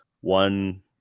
one